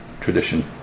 tradition